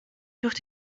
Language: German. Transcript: durch